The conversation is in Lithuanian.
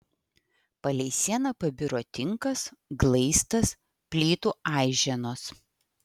palei sieną pabiro tinkas glaistas plytų aiženos